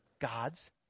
god's